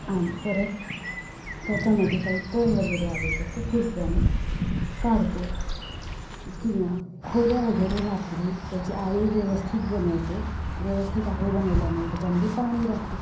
आणि परत त्याच्यामध्ये काही तण वगैरे आले तर ते खुरप्याने काढतो किंवा खोऱ्या वगैरे वापरून त्याची आळे व्यवस्थित बनवतो व्यवस्थित आळे बनवल्यामुळे त्याच्यामध्ये पाणी राहते